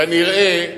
כנראה,